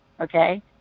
Okay